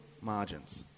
margins